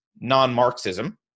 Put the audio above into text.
non-Marxism